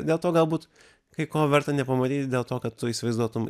dėl to galbūt kai ko verta nepamatyti dėl to kad tu įsivaizduotum